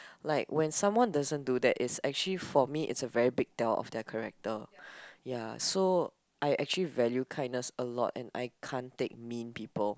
like when someone doesn't do that it's actually for me it's a very big tell of their character ya so I actually value kindness a lot and I can't take mean people